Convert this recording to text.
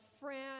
friend